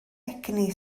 egni